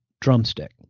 drumstick